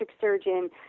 surgeon